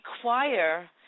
require